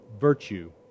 virtue